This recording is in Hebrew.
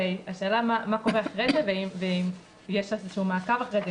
השאלה מה קורה אחרי ואם יש איזה שהוא מעקב אחרי זה,